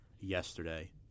yesterday